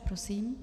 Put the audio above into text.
Prosím.